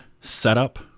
setup